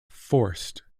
forced